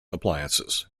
appliances